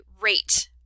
rate